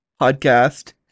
podcast